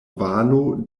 valo